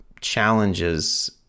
challenges